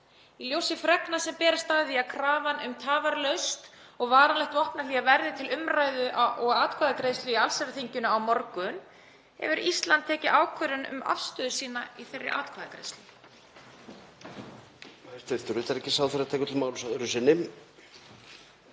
í ljósi fregna sem berast af því að krafan um tafarlaust og varanlegt vopnahlé verði til umræðu og atkvæðagreiðslu í allsherjarþinginu á morgun: Hefur Ísland tekið ákvörðun um afstöðu sína í þeirri atkvæðagreiðslu?